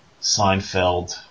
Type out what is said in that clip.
Seinfeld